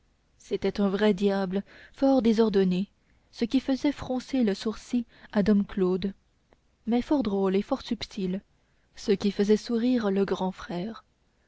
c'était un vrai diable fort désordonné ce qui faisait froncer le sourcil à dom claude mais fort drôle et fort subtil ce qui faisait sourire le grand frère